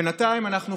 בינתיים אנחנו חוסכים.